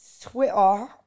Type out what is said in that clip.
Twitter